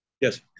Yes